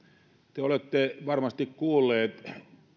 te olette varmasti kuulleet